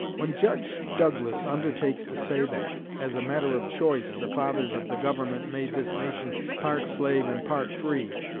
when judge douglas undertakes to say that, as a matter of choice, the fathers of the government made this nation part slave and part free,